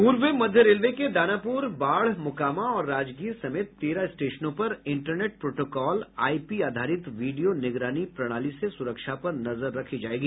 पूर्व मध्य रेलवे के दानापूर बाढ़ मोकामा और राजगीर समेत तेरह स्टेशनों पर इंटरनेट प्रोटोकॉल आईपी आधारित वीडियो निगरानी प्रणाली से सुरक्षा पर नजर रखी जायेगी